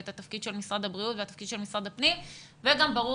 את התפקיד של משרד הבריאות והתפקיד של משרד הפנים וגם ברור